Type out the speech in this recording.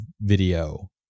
video